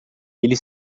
ele